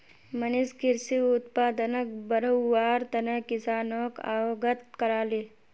मनीष कृषि उत्पादनक बढ़व्वार तने किसानोक अवगत कराले